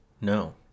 no